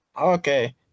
Okay